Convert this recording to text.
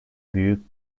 büyük